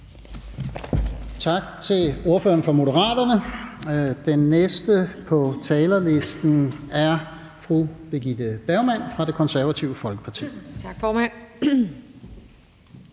Tak til ordføreren for Moderaterne. Den næste på talerlisten er fru Birgitte Bergman fra Det Konservative Folkeparti. Kl.